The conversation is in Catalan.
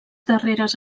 darreres